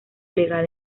legal